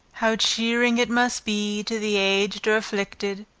how cheering it must be to the aged or afflicted,